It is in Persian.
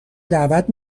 دعوت